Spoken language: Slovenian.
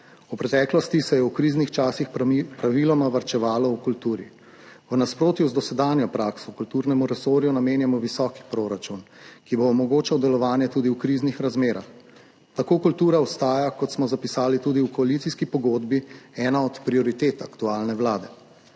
V preteklosti se je v kriznih časih praviloma varčevalo v kulturi, v nasprotju z dosedanjo prakso kulturnemu resorju namenjamo visok proračun, ki bo omogočal delovanje tudi v kriznih razmerah. Tako kultura ostaja, kot smo zapisali tudi v koalicijski pogodbi, ena od prioritet aktualne vlade.